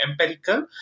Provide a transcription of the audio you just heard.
empirical